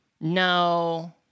No